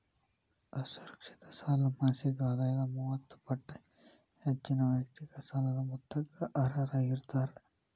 ಅಸುರಕ್ಷಿತ ಸಾಲ ಮಾಸಿಕ ಆದಾಯದ ಮೂವತ್ತ ಪಟ್ಟ ಹೆಚ್ಚಿನ ವೈಯಕ್ತಿಕ ಸಾಲದ ಮೊತ್ತಕ್ಕ ಅರ್ಹರಾಗಿರ್ತಾರ